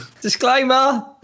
Disclaimer